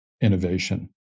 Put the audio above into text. innovation